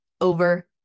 over